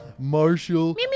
Marshall